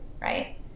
right